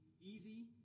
easy